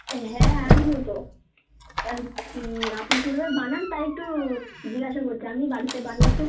হ্যাঁ আসবো তো তা আপনি কীভাবে বানান তাই একটু জিজ্ঞাসা করছি আমি বাড়িতে বানিয়ে একটু